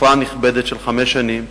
תקופה נכבדת של חמש שנים,